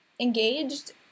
engaged